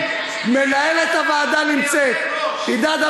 מי העליב אותו?